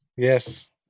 Yes